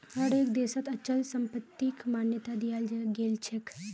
हर एक देशत अचल संपत्तिक मान्यता दियाल गेलछेक